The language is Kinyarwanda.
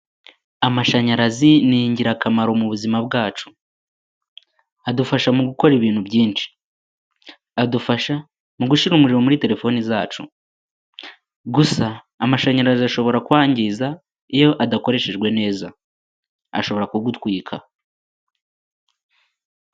Amashanyarazi ni ingirakamaro mu buzima bwacu, adufasha mu gukora ibintu byinshi, adufasha mu gushyira umuriro muri telefoni zacu, gusa amashanyarazi ashobora kwangiza iyo adakoreshejwe neza, ashobora kugutwika.